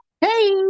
Hey